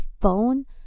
phone